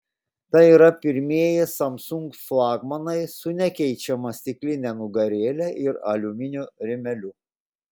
tai yra pirmieji samsung flagmanai su nekeičiama stikline nugarėle ir aliuminio rėmeliu